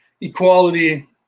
equality